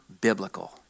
biblical